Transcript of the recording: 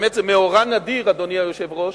באמת, זה מאורע נדיר, אדוני היושב-ראש,